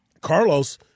Carlos